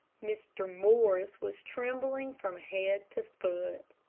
mr. morris was trembling from head to foot.